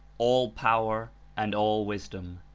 all power and all wisdom.